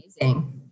amazing